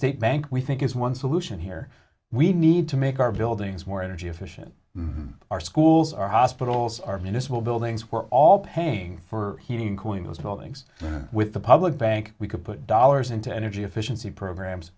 state bank we think is one solution here we need to make our buildings more energy efficient our schools our hospitals our municipal buildings we're all paying for heating and cooling those buildings with the public bank we could put dollars into energy efficiency programs